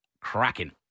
cracking